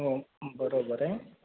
हो बरोबर आहे च